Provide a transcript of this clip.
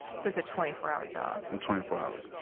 so it's a twenty four hour job and twenty four hours, yeah.